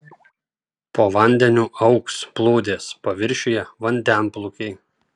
po vandeniu augs plūdės paviršiuje vandenplūkiai